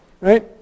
right